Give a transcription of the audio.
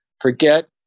forget